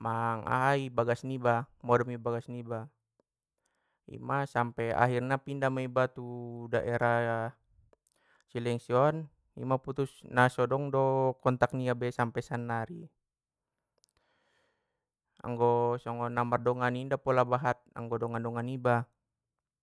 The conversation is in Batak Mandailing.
mang ahai i bagas niba modom i bagas niba, ima sampe akhirna pindah tu daerah cilengsi on ima putus naso dong do kontak nia sampe sannari, anggo songon na mardongan i ngga pola bahat anggo dongan dongan niba.